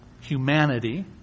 humanity